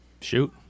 Shoot